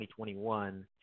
2021